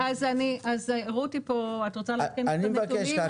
רות תיתן את הנתונים.